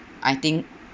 I think